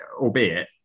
albeit